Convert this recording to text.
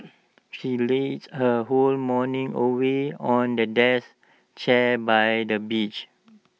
she lazed her whole morning away on the deck chair by the beach